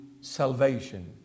salvation